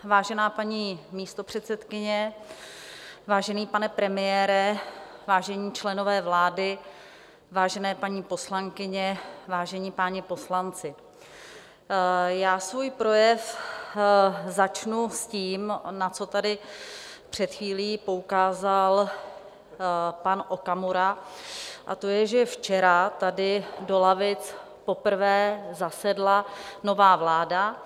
Vážená paní místopředsedkyně, vážený pane premiére, vážení členové vlády, vážené paní poslankyně, vážení páni poslanci, svůj projev začnu tím, na co tady před chvílí poukázal pan Okamura, a to je, že včera tady do lavic poprvé zasedla nová vláda.